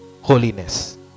holiness